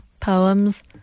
poems